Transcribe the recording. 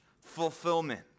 fulfillment